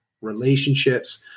relationships